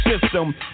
system